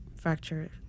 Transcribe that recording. fracture